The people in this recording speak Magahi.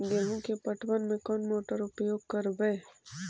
गेंहू के पटवन में कौन मोटर उपयोग करवय?